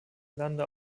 lande